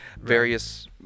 various